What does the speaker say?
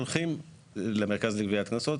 הולכים למרכז לגביית קנסות,